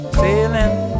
sailing